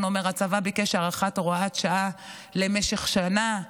אומר: הצבא ביקש הארכת הוראת שעה למשך שנה,